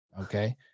Okay